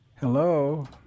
Hello